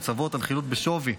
לצוות על חילוט בשווי,